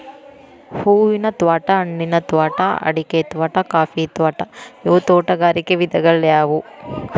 ಹೂವಿನ ತ್ವಾಟಾ, ಹಣ್ಣಿನ ತ್ವಾಟಾ, ಅಡಿಕಿ ತ್ವಾಟಾ, ಕಾಫಿ ತ್ವಾಟಾ ಇವು ತೋಟಗಾರಿಕ ವಿಧಗಳ್ಯಾಗ್ಯವು